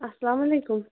اَسلامُ علیکُم